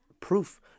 proof